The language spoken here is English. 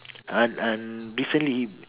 uh and recently